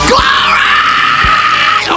Glory